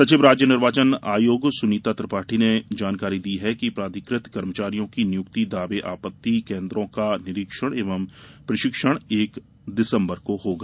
सचिव राज्य निर्वाचन आयोग सुनीता त्रिपाठी ने जानकारी दी है कि प्राधिकृत कर्मचारियों की नियुक्ति दावे आपत्ति केन्द्रों का निर्धारण एवं प्रशिक्षण एक दिसम्बर को होगा